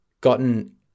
gotten